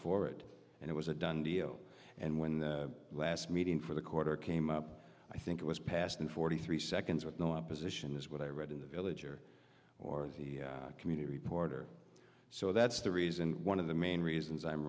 for it and it was a done deal and when the last meeting for the quarter came up i think it was passed in forty three seconds with no opposition is what i read in the village or or the community report or so that's the reason one of the main reasons i'm